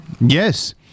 yes